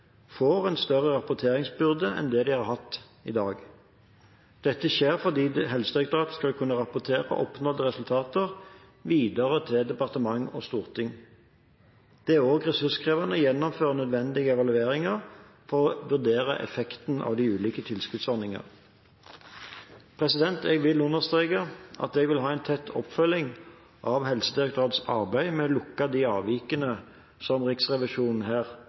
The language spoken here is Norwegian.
får en større rapporteringsbyrde enn det de har i dag. Dette skjer fordi Helsedirektoratet skal kunne rapportere oppnådde resultater videre til departement og storting. Det er også ressurskrevende å gjennomføre nødvendige evalueringer for å vurdere effekten av de ulike tilskuddsordningene. Jeg vil understreke at jeg vil ha en tett oppfølging av Helsedirektoratets arbeid med å lukke de avvikene som Riksrevisjonen her